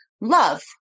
love